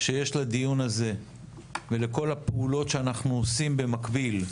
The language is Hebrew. שיש לדיון הזה ולכל הפעולות שאנחנו עושים במקביל,